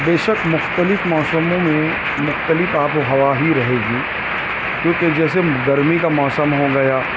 بےشک مختلف موسموں میں مختلف آب و ہوا ہی رہے گی کیوں کہ جیسے گرمی کا موسم ہو گیا